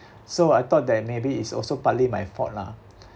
so I thought that maybe it's also partly my fault lah